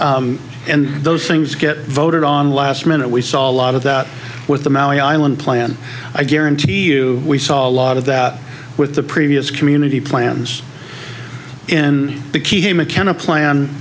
and those things get voted on last minute we saw a lot of that with the maui island plan i guarantee you we saw a lot of that with the previous community plans in the key mckenna plan